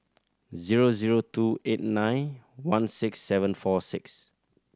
zero zero two eight nine one six seven four six